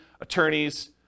attorneys